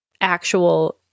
actual